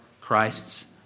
Christ's